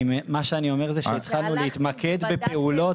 מה שאני אומר זה שהתחלנו להתמקד בפעולות